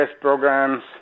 programs